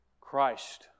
Christ